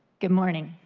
good morning,